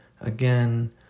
again